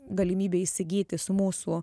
galimybė įsigyti su mūsų